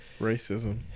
Racism